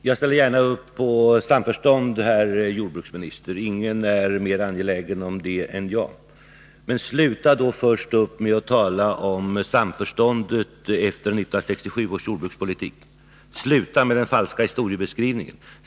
Herr talman! Jag ställer gärna upp på samförstånd, herr jordbruksminister. Ingen är mer angelägen om det än jag. Men sluta då först upp med att tala om samförståndet efter 1967 års jordbrukspolitik! Sluta med den falska historiebeskrivningen!